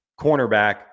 cornerback